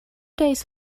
days